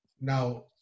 Now